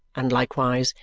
and likewise,